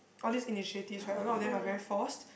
all these initiatives right a lot of them are very forced